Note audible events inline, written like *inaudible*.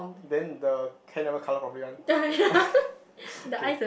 then the can never cover properly one *laughs* okay